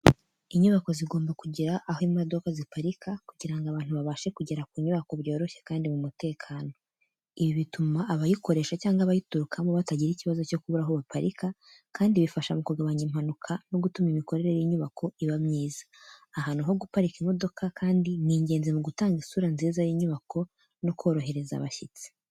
Inyubako zigomba kugira aho imodoka ziparika kugira ngo abantu babashe kugera ku nyubako byoroshye kandi mu mutekano. Ibi bituma abayikoresha cyangwa abayiturukamo batagira ikibazo cyo kubura aho baparika, kandi bifasha mu kugabanya impanuka no gutuma imikorere y’inyubako iba myiza. Ahantu ho guparika imodoka kandi ni ingenzi mu gutanga isura nziza y’inyubako no korohereza abashyitsi.